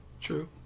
true